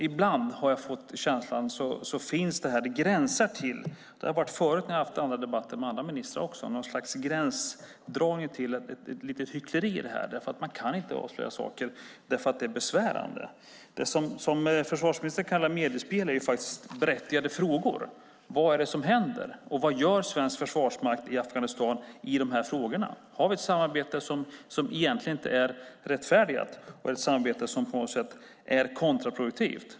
Ibland, när vi förut har haft debatter med andra ministrar, har jag fått känslan att detta gränsar till ett litet hyckleri - man kan inte avslöja saker, för de är besvärande. Det försvarsministern kallar mediespel är faktiskt berättigade frågor. Vad är det som händer, och vad gör svensk försvarsmakt i dessa frågor i Afghanistan? Har vi ett samarbete som egentligen inte är rättfärdigat, ett samarbete som på något sätt är kontraproduktivt?